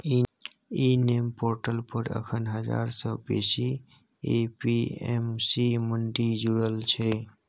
इ NAM portal पर एखन हजार सँ बेसी ए.पी.एम.सी मंडी जुरल छै